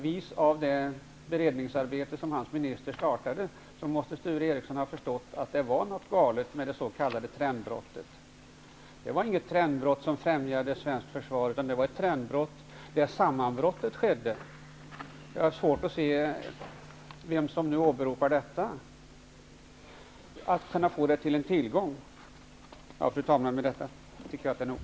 Vis av det beredningarbete som hans minister startade måste Sture Ericson ha förstått att det var något galet med den s.k. trendbrottet. Det var inget trendbrott som främjade svenskt försvar. Det var ett trendbrott där sammanbrottet skedde. Jag har svårt att se vem som nu kan åberopa detta och få det till en tillgång. Fru talman! Med detta tycker jag att det är nog.